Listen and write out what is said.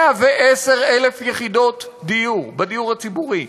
110,000 יחידות דיור בדיור הציבורי.